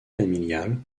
familiale